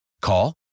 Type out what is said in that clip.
Call